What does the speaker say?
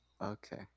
Okay